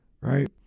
right